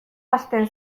hasten